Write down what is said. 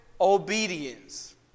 obedience